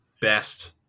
best